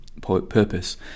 purpose